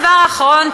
הדבר האחרון,